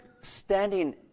standing